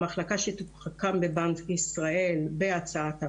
המחלקה שתוקם בבנק ישראל בהצעת הנגיד,